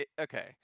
Okay